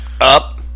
Up